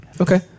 Okay